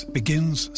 begins